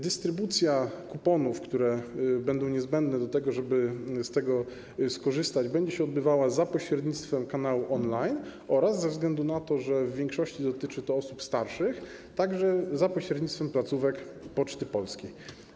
Dystrybucja kuponów, które będą niezbędne, żeby z tego skorzystać, będzie się odbywała za pośrednictwem kanału on-line oraz - ze względu na to, że w większości dotyczy to osób starszych - za pośrednictwem placówek Poczty Polskiej.